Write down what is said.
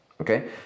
Okay